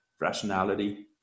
rationality